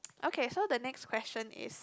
okay so the next question is